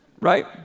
right